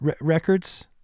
Records